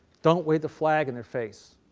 don't wave the flag in their face.